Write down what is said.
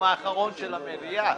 האחרון של המליאה.